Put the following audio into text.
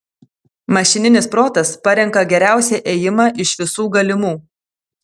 mašininis protas parenka geriausią ėjimą iš visų galimų